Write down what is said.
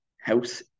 House